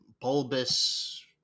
bulbous